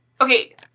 Okay